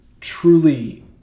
truly